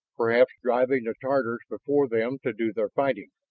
perhaps driving the tatars before them to do their fighting?